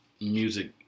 music